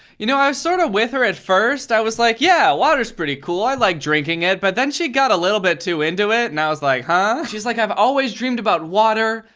you know, i was sorta with her at first. i was like, yeah, water's pretty cool. i like drinking it. but then she got a little bit too into it. and i was like, huh? she's like i've always dreamed about water,